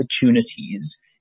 opportunities